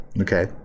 Okay